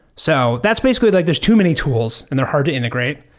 so that's basically like, there's too many tools and they're hard to integrate.